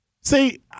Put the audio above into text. see